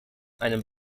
einen